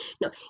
No